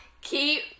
keep